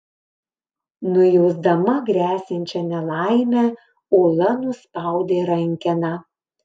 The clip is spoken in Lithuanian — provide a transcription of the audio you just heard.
nujausdama gresiančią nelaimę ula nuspaudė rankeną